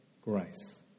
grace